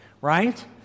Right